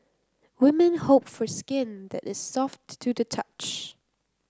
women hope for skin that is soft to the touch